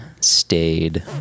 stayed